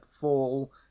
fall